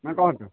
ମାନେ କୁହନ୍ତୁ